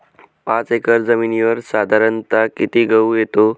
पाच एकर जमिनीवर साधारणत: किती गहू येतो?